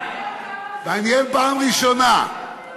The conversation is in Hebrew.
מעניין, פעם ראשונה.